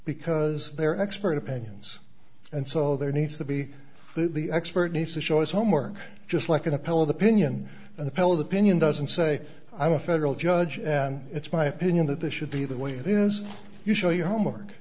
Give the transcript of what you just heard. because they're expert opinions and so there needs to be the expert needs to show his homework just like an appellate opinion an appellate opinion doesn't say i'm a federal judge and it's my opinion that this should be the way it is you show your homework